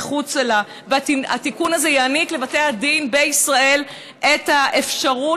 התיקון הזה יעניק לבית הדין בישראל את האפשרות